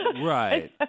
Right